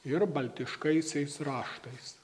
ir baltiškaisiais raštais